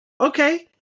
okay